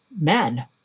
men